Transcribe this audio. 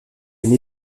une